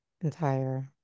entire